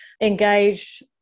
engaged